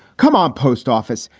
come on, post office,